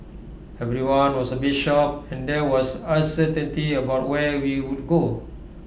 everyone was A bit shocked and there was uncertainty about where we would go